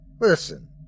Listen